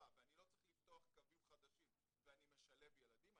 ואני לא צריך לפתוח קווים חדשים ואני משלב ילדים,